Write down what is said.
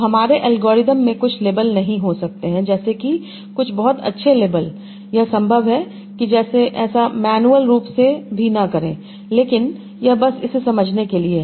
तो हमारे एल्गोरिथ्म में कुछ लेबल नहीं हो सकते हैं जैसे कि कुछ बहुत अच्छे लेबल यह संभव है कि ऐसा मैन्युअल रूप से भी न करें लेकिन यह बस इसे समझने के लिए है